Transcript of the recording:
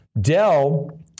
Dell